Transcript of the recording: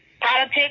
Politics